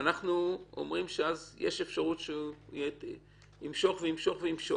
ואנחנו אומרים שאז יש אפשרות שהוא ימשוך וימשוך וימשוך.